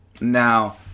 Now